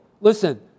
Listen